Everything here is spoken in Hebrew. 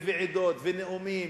וועידות ונאומים,